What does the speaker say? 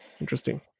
Interesting